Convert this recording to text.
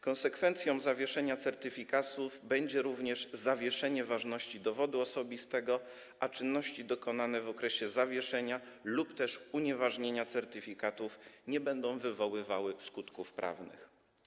Konsekwencją zawieszenia certyfikatów będzie również zawieszenie ważności dowodu osobistego, a czynności dokonane w okresie zawieszenia lub też unieważnienia certyfikatów nie będą wywoływały skutków prawnych.